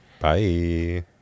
Bye